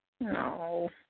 No